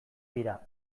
dira